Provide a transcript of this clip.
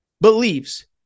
Believes